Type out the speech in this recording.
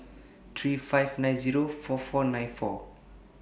three five nine Zero four four nine four